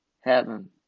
heaven